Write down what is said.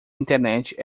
internet